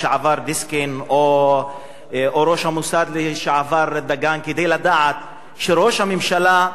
או ראש המוסד לשעבר דגן כדי לדעת שראש הממשלה מונע,